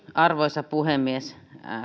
arvoisa puhemies